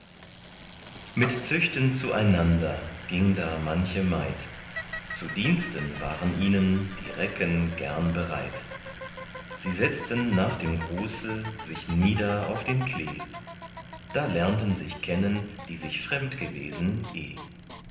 mit züchten zueinander ging da manche maid zu diensten waren ihnen die recken gern bereit sie setzten nach dem gruße sich nieder auf den klee da lernten sich kennen die sich fremd gewesen